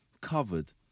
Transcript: covered